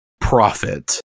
profit